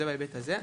זה בהיבט הזה.